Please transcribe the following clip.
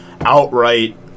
outright